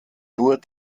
nur